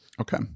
Okay